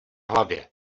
hlavě